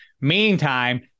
Meantime